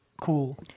cool